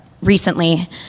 recently